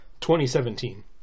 2017